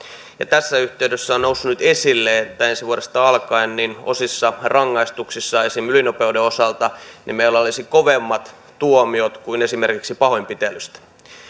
ja tässä yhteydessä on noussut nyt esille että ensi vuodesta alkaen osissa rangaistuksia esimerkiksi ylinopeuden osalta meillä olisi kovemmat tuomiot kuin esimerkiksi pahoinpitelystä